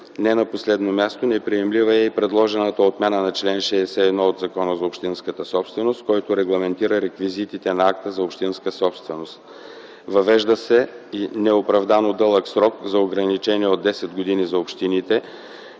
Не на последно място неприемлива е и предложената отмяна на чл. 61 от Закона за общинската собственост, който регламентира реквизитите на акта за общинска собственост. Въвежда се и неоправдано дълъг срок за ограничение от десет години за общините,